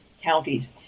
Counties